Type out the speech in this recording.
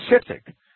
specific